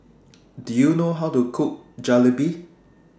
Do YOU know How to Cook Jalebi